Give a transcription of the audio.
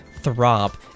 Throb